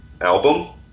album